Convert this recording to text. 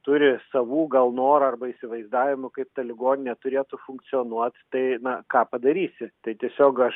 turi savų gal norų arba įsivaizdavimų kaip ta ligoninė turėtų funkcionuot tai na ką padarysi tai tiesiog aš